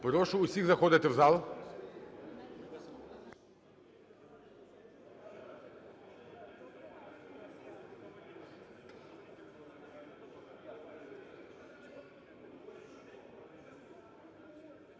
Прошу всіх заходити в зал.